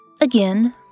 Again